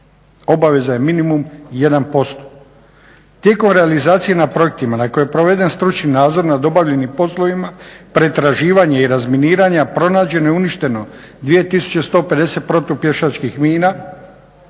Obaveza je minimum 1%. Tijekom realizacije na projektima na kojima je proveden stručni nadzor nad obavljenim poslovima pretraživanja i razminiranja pronađeno je i uništeno 2150 protu pješačkih mina,